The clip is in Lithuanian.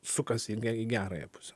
sukasi į gerąją pusę